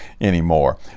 anymore